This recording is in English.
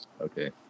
Okay